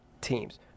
teams